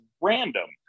random